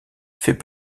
fait